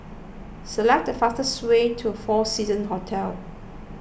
select the fastest way to four Seasons Hotel